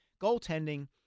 goaltending